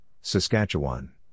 Saskatchewan